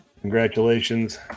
Congratulations